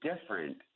different